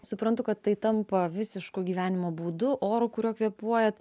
suprantu kad tai tampa visišku gyvenimo būdu oru kuriuo kvėpuojat